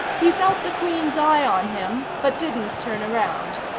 he felt the queen's eye on him but didn't turn around.